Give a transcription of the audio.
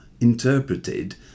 interpreted